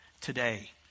today